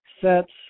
sets